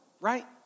right